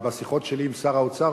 ובשיחות שלי עם שר האוצר,